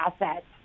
assets